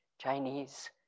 Chinese